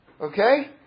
Okay